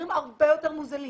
במחירים הרבה יותר מוזלים.